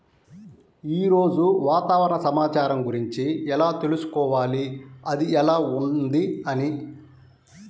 ఈరోజు వాతావరణ సమాచారం గురించి ఎలా తెలుసుకోవాలి అది ఎలా ఉంది అని?